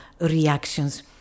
reactions